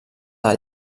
del